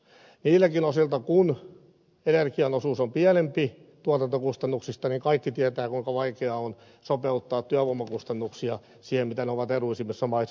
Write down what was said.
niiltäkin osilta kuin energian osuus tuotantokustannuksista on pienempi kaikki tietävät kuinka vaikeaa on sopeuttaa työvoimakustannuksia siihen mitä ne ovat edullisemmissa maissa